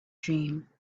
dream